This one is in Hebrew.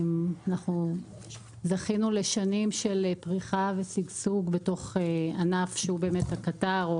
אנחנו זכינו לשנים של פריחה ושגשוג בתוך ענף שהוא באמת הקטר.